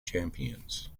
champions